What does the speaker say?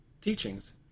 teachings